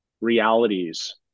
realities